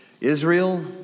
Israel